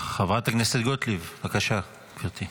חברת הכנסת גוטליב, בבקשה, גברתי.